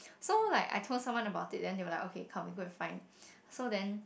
so like I told someone about it then they were like okay come we go and find so then